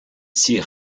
sir